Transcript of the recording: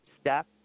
step